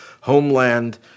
homeland